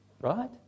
right